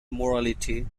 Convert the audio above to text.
morality